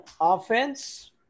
offense